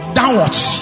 Downwards